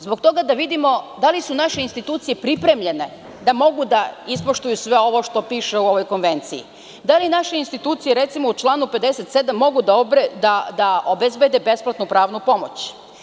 Zbog toga da vidimo da li su naše institucije pripremljene da mogu da ispoštuju sve ovo što piše u ovoj konvenciji, da li naše institucije u članu 57. mogu da obezbede besplatnu pravnu pomoć.